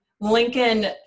Lincoln